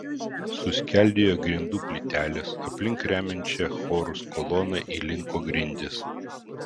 suskeldėjo grindų plytelės aplink remiančią chorus koloną įlinko grindys